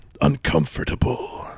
uncomfortable